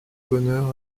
bonheur